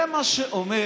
זה מה שאומר